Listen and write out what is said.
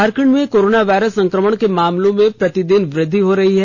झारखंड में corona virus संकमण के मामलों में प्रतिदिन वृद्वि हो रही है